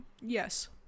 Yes